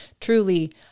truly